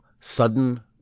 Sudden